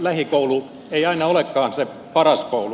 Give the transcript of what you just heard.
lähikoulu ei aina olekaan se paras koulu